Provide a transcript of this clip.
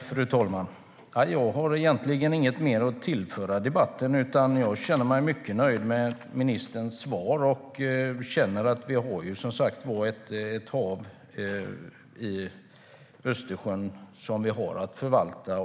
Fru talman! Jag har egentligen inget mer att tillföra debatten. Jag känner mig mycket nöjd med ministerns svar. Östersjön är ett hav som vi har att förvalta.